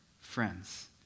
friends